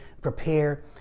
prepare